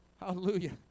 hallelujah